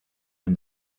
and